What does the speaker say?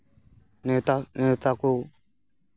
ᱱᱮᱶᱛᱟ ᱱᱮᱶᱛᱟ ᱠᱚ